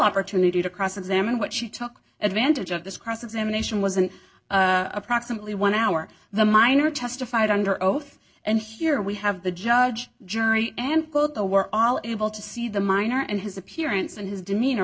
opportunity to cross examine what she took advantage of this cross examination was an approximately one hour the miner testified under oath and here we have the judge jury and go to were all it will to see the miner and his appearance and his demeanor